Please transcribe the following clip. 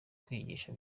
kwigisha